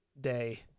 day